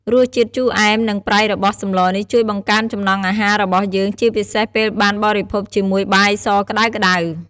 រសជាតិជូរអែម និងប្រៃរបស់សម្លនេះជួយបង្កើនចំណង់អាហាររបស់យើង ជាពិសេសពេលបានបរិភោគជាមួយបាយសក្ដៅៗ។